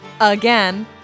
again